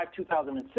2006